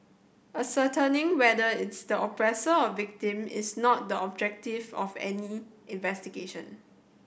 ascertaining whoever is the oppressor or victim is not the objective of any investigation